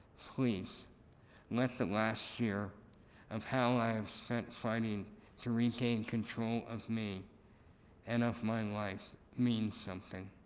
please let the last year of how i have spent fighting to regain control of me and of my and life mean something.